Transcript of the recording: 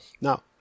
Now